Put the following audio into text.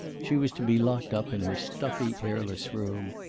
she was to be locked up in her stuffy, airless room.